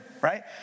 right